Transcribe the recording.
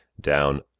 down